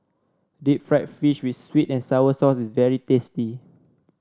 Deep Fried Fish with sweet and sour sauce is very tasty